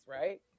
right